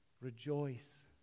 Rejoice